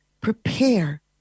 Prepare